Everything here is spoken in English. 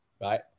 right